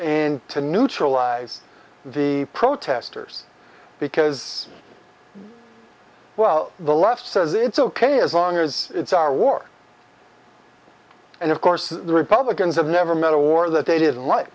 and to neutralize the protesters because well the left says it's ok as long as it's our war and of course the republicans have never met a war that they didn't like